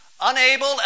unable